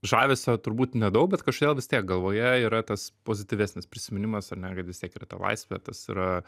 žavesio turbūt nedaug bet kažkodėl vis tiek galvoje yra tas pozityvesnis prisiminimas ar ne kad vis tiek ir ta laisvė tas yra